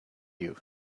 you